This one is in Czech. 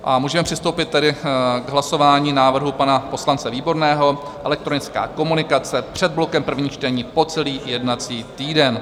A můžeme přistoupit tedy k hlasování návrhu pana poslance Výborného elektronická komunikace před blokem prvních čtení, po celý jednací týden.